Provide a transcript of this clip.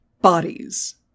bodies